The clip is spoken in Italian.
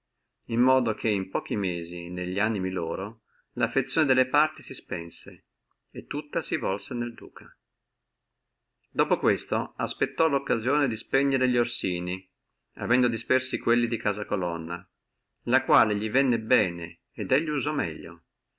in modo che in pochi mesi nelli animi loro laffezione delle parti si spense e tutta si volse nel duca dopo questa aspettò la occasione di spegnere li orsini avendo dispersi quelli di casa colonna la quale li venne bene e lui la usò meglio